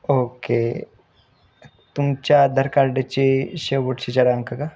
okay तुमच्या आधार कार्डाचे शेवटचे चार अंक का